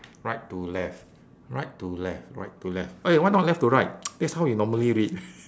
right to left right to left right to left !hey! why not left to right that's how we normally read